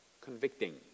convicting